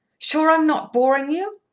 sure i'm not boring you?